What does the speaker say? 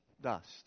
dust